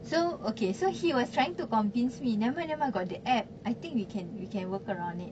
so okay so he was trying to convince me nevermind nevermind got the app I think we can we can work around it